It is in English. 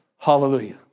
Hallelujah